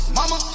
Mama